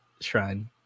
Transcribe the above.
shrine